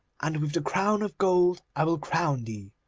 and with the crown of gold i will crown thee,